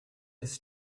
his